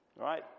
right